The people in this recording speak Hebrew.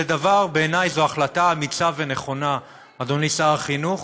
בעיניי זו החלטה אמיצה ונכונה, אדוני שר החינוך.